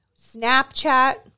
Snapchat